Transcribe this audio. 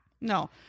no